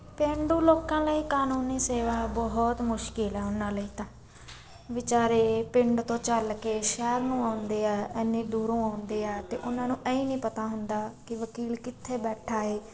ਪੇਂਡੂ ਲੋਕਾਂ ਲਈ ਕਾਨੂੰਨੀ ਸੇਵਾ ਬਹੁਤ ਮੁਸ਼ਕਿਲ ਆ ਉਹਨਾਂ ਲਈ ਤਾਂ ਵਿਚਾਰੇ ਪਿੰਡ ਤੋਂ ਚੱਲ ਕੇ ਸ਼ਹਿਰ ਨੂੰ ਆਉਂਦੇ ਆ ਇੰਨੀ ਦੂਰੋਂ ਆਉਂਦੇ ਆ ਅਤੇ ਉਹਨਾਂ ਨੂੰ ਐਈਂ ਨਹੀਂ ਪਤਾ ਹੁੰਦਾ ਕਿ ਵਕੀਲ ਕਿੱਥੇ ਬੈਠਾ ਹੈ